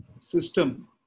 system